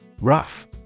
Rough